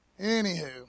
Anywho